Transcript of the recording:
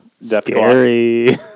Scary